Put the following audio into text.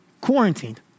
quarantined